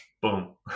boom